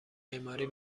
معماری